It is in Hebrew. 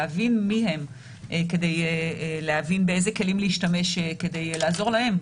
להבין מי הן כדי להבין באיזה כלים להשתמש כדי לעזור להן.